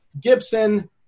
Gibson